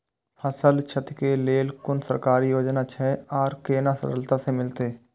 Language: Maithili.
फसल छति के लेल कुन सरकारी योजना छै आर केना सरलता से मिलते?